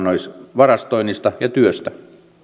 varastoinnissa ja työssä